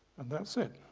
and that's it,